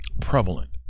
prevalent